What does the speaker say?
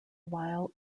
while